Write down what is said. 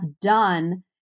done